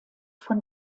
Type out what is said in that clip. von